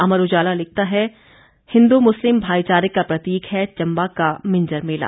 अमर उजाला लिखता है हिन्दू मुस्लिम भाईचारे का प्रतीक है चम्बा का मिंजर मेला